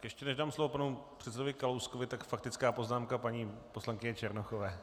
Ještě než dám slovo panu předsedovi Kalouskovi, tak faktická poznámka paní poslankyně Černochové.